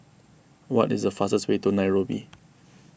what is the fastest way to Nairobi